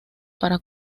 para